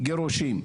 גירושין.